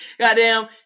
goddamn